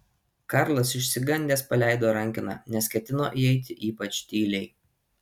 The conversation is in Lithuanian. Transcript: karlas išsigandęs paleido rankeną nes ketino įeiti ypač tyliai